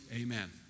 Amen